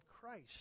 Christ